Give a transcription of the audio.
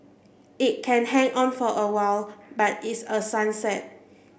it can hang on for a while but it's a sunset